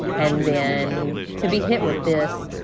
and then to be hit with this,